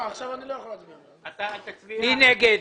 מי נגד?